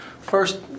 First